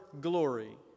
glory